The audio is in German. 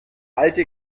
alte